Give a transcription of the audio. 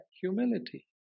humility